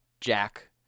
Jack